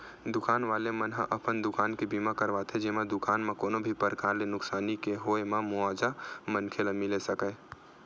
दुकान वाले मन ह अपन दुकान के बीमा करवाथे जेमा दुकान म कोनो भी परकार ले नुकसानी के होय म मुवाजा मनखे ल मिले सकय